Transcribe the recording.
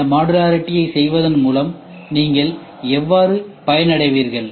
இந்த மாடுலரிட்டியை செய்வதன் மூலம் நீங்கள் எவ்வாறு பயனடைவீர்கள்